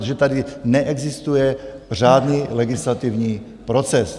Protože tady neexistuje řádný legislativní proces.